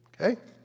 Okay